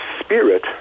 spirit